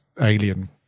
alien